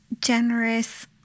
generous